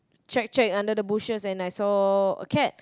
check check under the bushes and I saw a cat